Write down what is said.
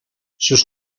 sus